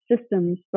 systems